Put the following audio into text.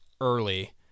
early